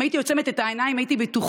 אם הייתי עוצמת את העיניים, הייתי בטוחה